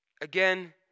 again